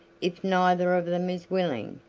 if neither of them is willing,